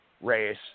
race